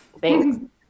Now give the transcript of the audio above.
Thanks